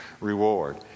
reward